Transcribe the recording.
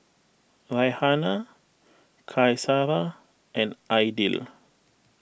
Raihana Qaisara and Aidil